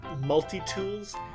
multi-tools